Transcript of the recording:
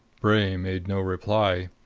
bray made no reply.